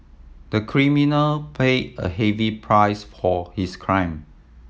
the criminal paid a heavy price his crime